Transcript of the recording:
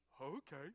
Okay